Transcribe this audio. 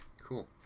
Cool